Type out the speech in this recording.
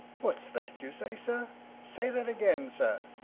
what's that you say, sir say that again, sir.